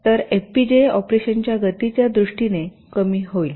तर एफपीजीए ऑपरेशनच्या गतीच्या दृष्टीने कमी होईल